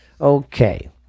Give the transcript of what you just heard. Okay